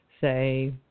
say